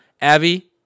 Abby